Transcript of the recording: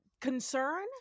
concern